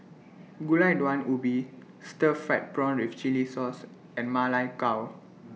Gulai Daun Ubi Stir Fried Prawn with Chili Sauce and Ma Lai Gao